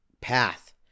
path